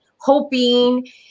hoping